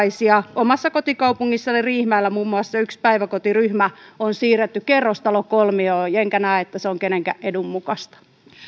myöskin asianmukaisia omassa kotikaupungissani riihimäellä muun muassa yksi päiväkotiryhmä on siirretty kerrostalokolmi oon enkä näe että se on kenenkään edun mukaista